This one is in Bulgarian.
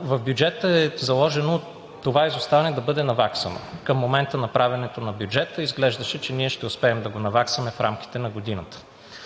В бюджета е заложено това изоставане да бъде наваксано. Към момента на правенето на бюджета изглеждаше, че ние ще успеем да го наваксаме в рамките на годината.